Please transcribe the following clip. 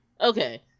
Okay